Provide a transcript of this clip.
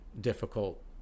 difficult